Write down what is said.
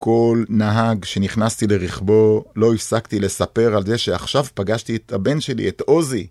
כל נהג שנכנסתי לרכבו, לא הפסקתי לספר על זה שעכשיו פגשתי את הבן שלי, את עוזי.